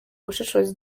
gushishoza